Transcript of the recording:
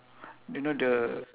you know the